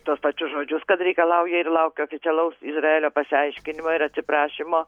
tuos pačius žodžius kad reikalauja ir laukia oficialaus izraelio pasiaiškinimo ir atsiprašymo